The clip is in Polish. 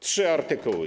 Trzy artykuły.